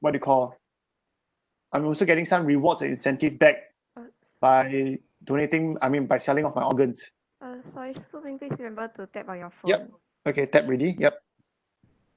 what do you call I'm also getting some rewards and incentive back by donating I mean by selling off my organs yup okay tap already yup